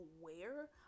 aware